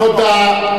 תודה.